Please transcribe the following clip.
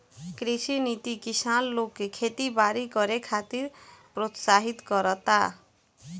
कृषि नीति किसान लोग के खेती बारी करे खातिर प्रोत्साहित करता